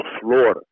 Florida